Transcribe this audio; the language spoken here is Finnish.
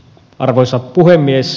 arvoisa puhemies